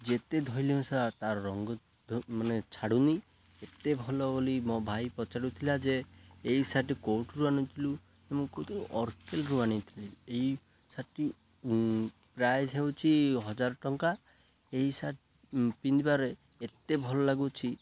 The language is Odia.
ଯେତେ ଧୋଇଲେ ବି ସାର୍ ତାର ରଙ୍ଗମାନେ ଛାଡ଼ୁନି ଏତେ ଭଲ ବୋଲି ମୋ ଭାଇ ପଚାରୁୁଥିଲା ଯେ ଏଇ ସାର୍ଟଟି କେଉଁଠାରୁ ଆଣୁଥିଲୁ ମୁଁ କେଉଁଠୁ ଅର୍କେଲରୁ ଆଣିଥିଲି ଏଇ ସାର୍ଟଟି ପ୍ରାଇସ୍ ହେଉଛି ହଜାର ଟଙ୍କା ଏଇ ସାର୍ଟ ପିନ୍ଧିବାରେ ଏତେ ଭଲ ଲାଗୁଛି